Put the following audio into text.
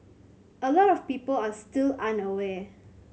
a lot of people are still unaware